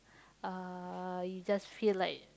uh you just feel like